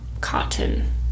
cotton